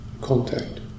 contact